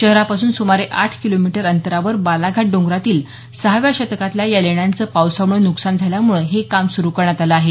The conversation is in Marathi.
शहरापासून सुमारे आठ किलोमीटर अंतरावर बालाघाट डोंगरातील सहाव्या शतकातल्या या लेण्यांचं पावसामुळे नुकसान झाल्यामुळे हे काम सुरू करण्यात आलं आहे